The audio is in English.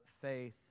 faith